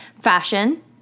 fashion